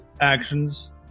actions